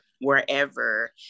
wherever